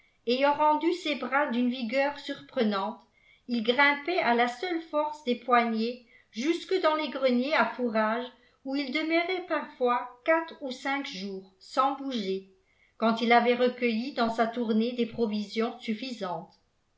ayant rendu ses bras d'une vigueur surprenante il grimpait à la seule force des poignets jusque dans les greniers à fourrages où il demeurait parfois quatre ou cinq jours sans bouger quand il avait recueilli dans sa tournée des provisions suffisantes